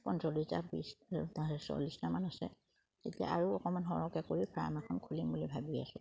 পঞ্চল্লিছটা বিছ চল্লিছটামান আছে তেতিয়া আৰু অকমান সৰহকে কৰি ফাৰ্ম এখন খুলিম বুলি ভাবি আছোঁ